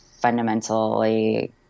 fundamentally